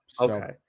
Okay